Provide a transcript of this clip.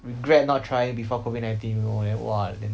regret not trying before COVID nineteen you know then !wah! then